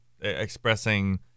expressing